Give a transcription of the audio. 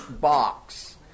box